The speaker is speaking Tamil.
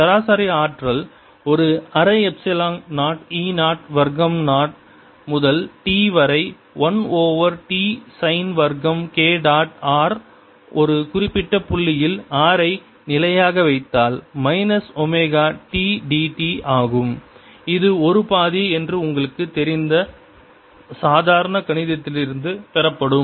சராசரி ஆற்றல் ஒரு அரை எப்சிலான் 0 e 0 வர்க்கம் 0 முதல் t வரை 1 ஓவர் t சைன் வர்க்கம் k டாட் r ஒரு குறிப்பிட்ட புள்ளியில் r ஐ நிலையாக வைத்தால் மைனஸ் ஒமேகா t dt ஆகும் இது ஒரு பாதி என்று உங்களுக்கு தெரிந்த சாதாரண கணிதத்திலிருந்து பெறப்படும்